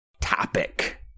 topic